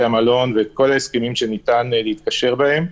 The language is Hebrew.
המלון ואת כל ההסכמים שניתן להתקשר בהם,